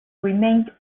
remained